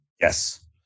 Yes